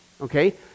okay